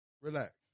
relax